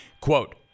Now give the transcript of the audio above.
quote